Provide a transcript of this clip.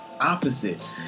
opposite